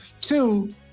Two